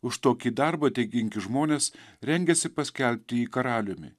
už tokį darbą dėkingi žmonės rengėsi paskelbti jį karaliumi